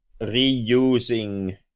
reusing